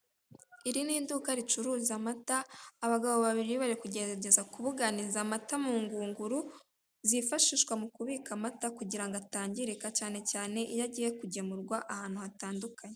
Iri ni iduka ricuruza amata, abagabo babiri bari kugerageza kubuganiza amata mu ngunguru, zifashishwa mu kubika amata kugira ngo atangirika, cyane cyane iyo agiye kugemurwa ahantu hatandukanye.